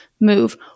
move